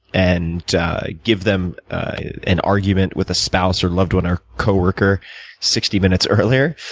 and give them an argument with a spouse or loved one or coworker sixty minutes earlier,